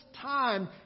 time